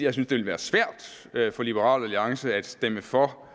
jeg synes, det ville være svært for Liberal Alliance at stemme for